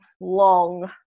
long